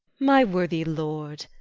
my worthy lord,